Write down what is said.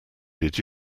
did